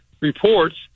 reports